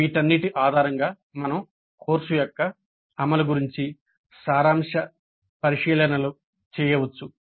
వీటన్నిటి ఆధారంగా మనం కోర్సు యొక్క "అమలు" గురించి సారాంశ పరిశీలనలు చేయవచ్చు